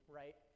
right